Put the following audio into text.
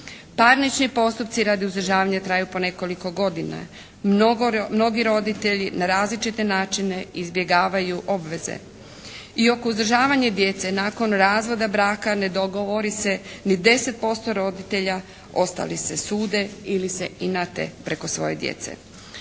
Parnični postupci radi uzdržavanja traju po nekoliko godina. Mnogi roditelji na različite načine izbjegavaju obveze. I oko uzdržavanja djece nakon razvoda braka ne dogovori se ni 10% roditelja. Ostali se sude ili se inate preko svoje djece.